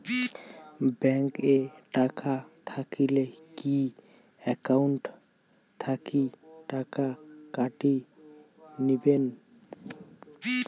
Bank এ টাকা থাকিলে কি একাউন্ট থাকি টাকা কাটি নিবেন?